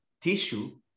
tissue